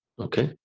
okay,